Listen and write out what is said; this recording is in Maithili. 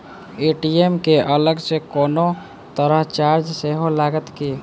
ए.टी.एम केँ अलग सँ कोनो तरहक चार्ज सेहो लागत की?